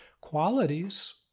qualities